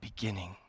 beginning